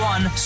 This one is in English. One